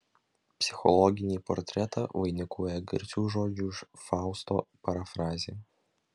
psichologinį portretą vainikuoja garsių žodžių iš fausto parafrazė